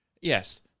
Yes